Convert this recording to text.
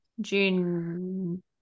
June